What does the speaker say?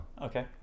Okay